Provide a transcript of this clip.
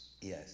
Yes